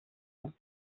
ans